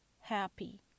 happy